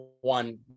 one